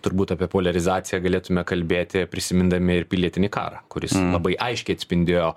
turbūt apie poliarizaciją galėtume kalbėti prisimindami ir pilietinį karą kuris labai aiškiai atspindėjo